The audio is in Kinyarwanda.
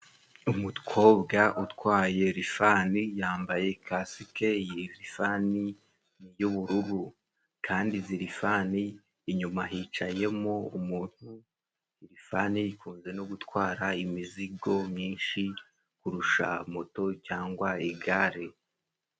Umukobwa utwaye lifani yambaye kasike, iyi lifani y'ubururu kandi izi lifani inyuma hicayemo umuntu, lifani ikunze no gutwara imizigo myinshi kurusha moto cyangwa igare.